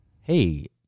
Hey